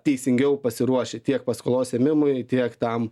teisingiau pasiruoši tiek paskolos ėmimui tiek tam